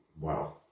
Wow